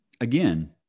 Again